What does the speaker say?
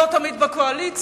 לא תמיד בקואליציה,